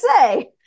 say